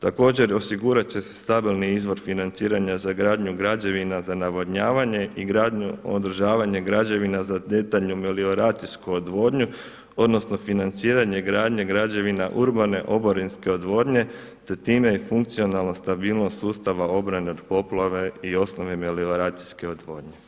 Također osigurat će se stabilni izvor financiranja za gradnju građevina za navodnjavanje i gradnju, održavanje građevina za detaljnu melioracijsku odvodnju odnosno financiranje gradnje građevina urbane oborinske odvodnje te time funkcionalna stabilnost sustava obrane od poplave i osnovne melioracijske odvodnje.